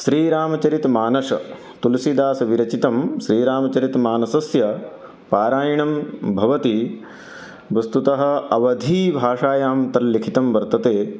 श्रीरामचरितमानसं तुलसीदासविरचितं श्रीरामचरितमानसस्य पारायणं भवति वस्तुतः अवधीभाषायां तल्लिखितं वर्तते